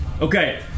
Okay